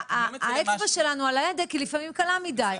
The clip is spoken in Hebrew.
האצבע שלנו על ההדק היא לפעמים קלה מדי.